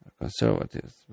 conservatives